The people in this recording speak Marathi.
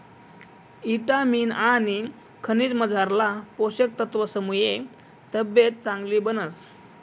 ईटामिन आनी खनिजमझारला पोषक तत्वसमुये तब्येत चांगली बनस